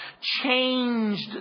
changed